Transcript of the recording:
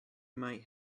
might